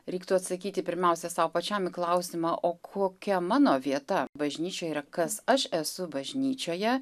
reiktų atsakyti pirmiausia sau pačiam į klausimą o kokia mano vieta bažnyčioj yra kas aš esu bažnyčioje